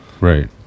right